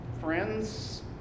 friends